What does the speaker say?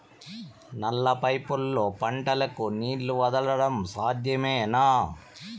నల్ల పైపుల్లో పంటలకు నీళ్లు వదలడం సాధ్యమేనా?